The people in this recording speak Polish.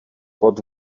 pod